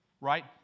Right